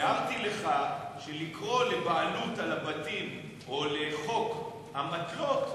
הערתי לך שלקרוא לבעלות על הבתים או לחוק אמתלות,